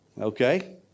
okay